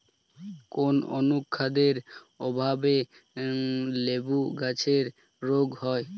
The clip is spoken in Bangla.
কোন অনুখাদ্যের অভাবে লেবু গাছের রোগ হয়?